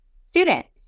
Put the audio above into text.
students